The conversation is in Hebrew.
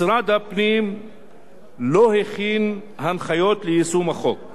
"משרד הפנים לא הכין הנחיות ליישום החוק.